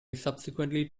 subsequently